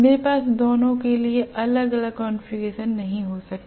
मेरे पास दोनों के लिए अलग अलग कॉन्फ़िगरेशन नहीं हो सकते